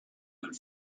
and